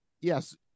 yes